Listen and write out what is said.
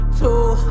Two